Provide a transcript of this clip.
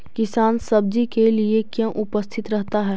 किसान सब्जी के लिए क्यों उपस्थित रहता है?